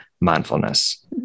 Mindfulness